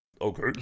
Okay